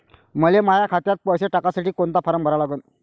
मले माह्या खात्यात पैसे टाकासाठी कोंता फारम भरा लागन?